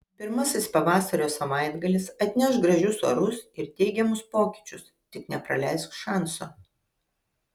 pirmasis pavasario savaitgalis atneš gražius orus ir teigiamus pokyčius tik nepraleisk šanso